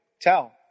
tell